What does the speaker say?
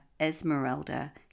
Esmeralda